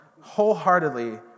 wholeheartedly